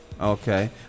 okay